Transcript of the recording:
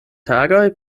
tagoj